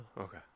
Okay